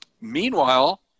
Meanwhile